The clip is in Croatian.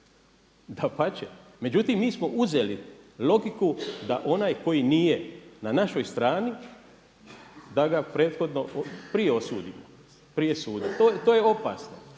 dapače. Međutim, mi smo uzeli logiku da onaj koji nije na našoj strani da ga prethodno prije osudimo prije suda. To je opasno.